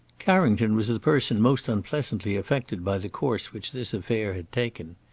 carrington was the person most unpleasantly affected by the course which this affair had taken.